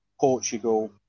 Portugal